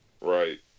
Right